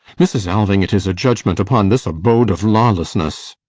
mrs. alving, it is a judgment upon this abode of lawlessness.